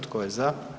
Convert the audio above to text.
Tko je za?